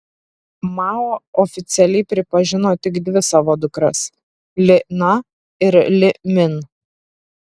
mao oficialiai pripažino tik dvi savo dukras li na ir li min